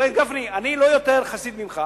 הרי, גפני, אני לא יותר חסיד ממך,